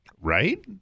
right